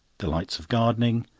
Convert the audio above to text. delights of gardening.